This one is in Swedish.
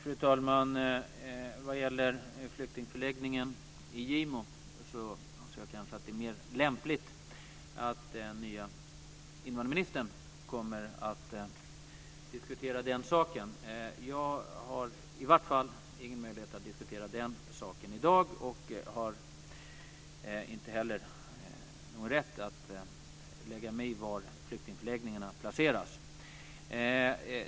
Fru talman! Vad gäller flyktingförläggningen i Gimo anser jag kanske att det är mer lämpligt att den nya invandrarministern diskuterar den saken. Jag har i varje fall ingen möjlighet att diskutera den saken i dag, och har inte heller någon rätt att lägga mig i var flyktingförläggningarna placeras.